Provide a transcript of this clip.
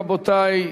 רבותי,